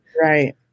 Right